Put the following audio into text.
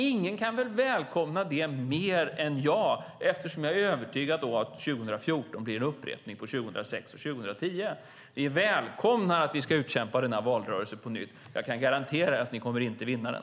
Ingen kan välkomna det mer än jag eftersom jag är övertygad om att 2014 blir en upprepning av 2006 och 2010. Vi välkomnar att vi ska utkämpa denna valrörelse på nytt. Jag kan garantera att ni inte kommer att vinna den.